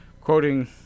quoting